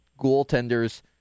goaltenders